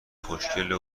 خوشگله